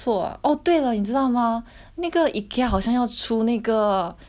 那个 Ikea 好像要出那个上次我们去吃那个什么 orh orh salted egg